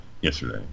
yesterday